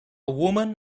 woman